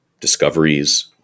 discoveries